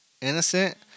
innocent